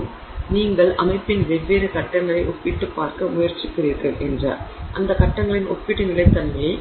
எனவே நீங்கள் அமைப்பின் வெவ்வேறு கட்டங்களை ஒப்பிட்டுப் பார்க்க முயற்சிக்கிறீர்கள் என்றால் அந்தக் கட்டங்களின் ஒப்பீட்டு நிலைத்தன்மையை